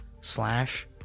slash